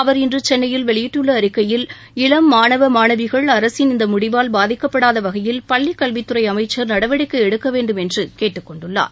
அவர் இன்று சென்னையில் வெளியிட்டுள்ள அறிக்கையில் இளம் மாணவ மாணவிகள் அரசின் இந்த முடிவால் பாதிக்கப்படாத வகையில் பள்ளிக்கல்வித்துறை அமைச்சர் நடவடிக்கை எடுக்க வேண்டும் என்று கேட்டுக்கொண்டுள்ளார்